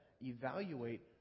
evaluate